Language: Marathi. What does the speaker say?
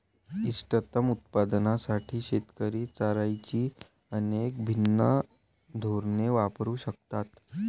इष्टतम उत्पादनासाठी शेतकरी चराईची अनेक भिन्न धोरणे वापरू शकतात